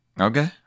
Okay